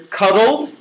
cuddled